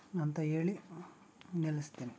ಅಂತ ಹೇಳಿ ನಿಲ್ಲಿಸ್ತೇನೆ